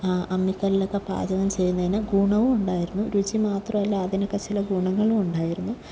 അമ്മിക്കല്ലിലൊക്കെ പാചകം ചെയ്യുന്നതിന് ഗുണവും ഉണ്ടായിരുന്നു രുചി മാത്രമല്ല അതിനൊക്കെ ചില ഗുണങ്ങളും ഉണ്ടായിരുന്നു